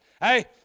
hey